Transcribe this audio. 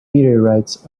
meteorites